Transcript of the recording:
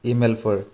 इमेलफोर